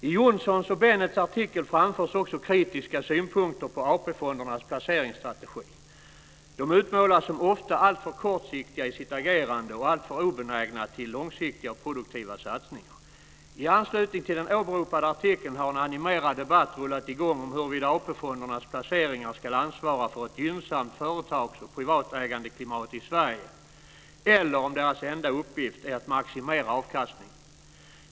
I Johnssons och Bennets artikel framförs också kritiska synpunkter på AP-fondernas placeringsstrategi. De utmålas som ofta alltför kortsiktiga i sitt agerande och alltför obenägna till långsiktiga och produktiva satsningar. I anslutning till den åberopade artikeln har en animerad debatt rullat i gång om huruvida AP-fondernas placeringar ska ansvara för ett gynnsamt företags och privatägandeklimat i Sverige eller om deras enda uppgift är att maximera avkastningen.